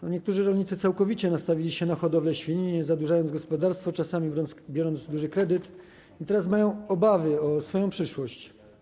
Niektórzy rolnicy całkowicie nastawili się na hodowlę świń, zadłużając gospodarstwo, czasami biorąc duży kredyt, i teraz mają obawy o swoją przyszłość.